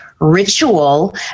ritual